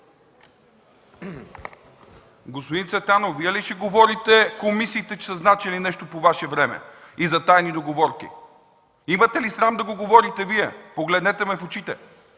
Господин Цветанов, Вие ли ще говорите, че комисиите са значили нещо по Ваше време, за тайни договорки?! Имате ли срам да го говорите Вие?! Погледнете ме в очите!